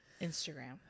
Instagram